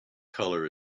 colour